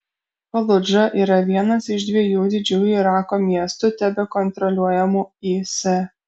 faludža yra vienas iš dviejų didžiųjų irako miestų tebekontroliuojamų is